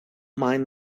mind